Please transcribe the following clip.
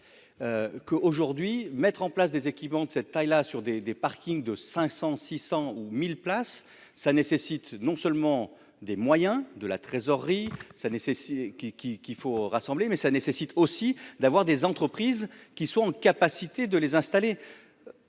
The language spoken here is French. que aujourd'hui mettre en place des équipements de cette taille là sur des des parkings de 500 600 ou 1000 places ça nécessite non seulement des moyens de la trésorerie, ça nécessite qui qui qu'il faut rassembler mais ça nécessite aussi d'avoir des entreprises qui soit en capacité de les installer.